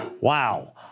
Wow